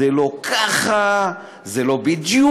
זה לא ככה, זה לא בדיוק.